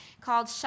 called